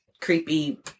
Creepy